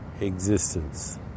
existence